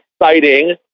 exciting